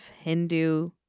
Hindu